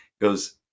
goes